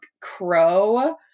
crow